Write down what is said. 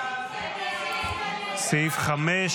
סעיף 5